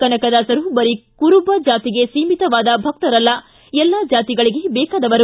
ಕನಕದಾಸರು ಬರಿ ಕುರುಬ ಜಾತಿಗೆ ಸೀಮಿತವಾದ ಭಕ್ತರಲ್ಲ ಎಲ್ಲಾ ಜಾತಿಗಳಗೆ ಬೇಕಾದವರು